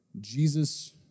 Jesus